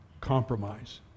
compromise